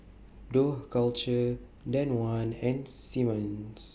Dough Culture Danone and Simmons